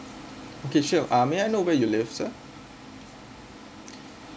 okay sure um may I know where you live sir